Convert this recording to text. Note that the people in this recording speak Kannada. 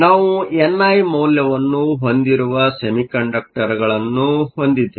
ನಾವು ಎನ್ ಐ ಮೌಲ್ಯವನ್ನು ಹೊಂದಿರುವ ಸೆಮಿಕಂಡಕ್ಟರ್ಗಳನ್ನು ಹೊಂದಿದ್ದೇವೆ